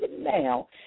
now